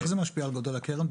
איך זה משפיע על גודל הקרן,